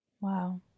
Wow